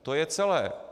To je celé.